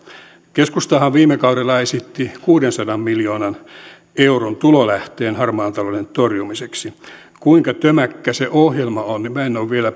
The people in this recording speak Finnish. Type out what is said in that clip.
keskustahan viime kaudella esitti kuudensadan miljoonan euron tulolähteen harmaan talouden torjumiseksi kuinka tömäkkä se ohjelma on minä en ole vielä